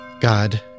God